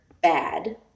bad